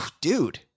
dude